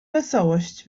wesołość